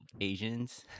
Asians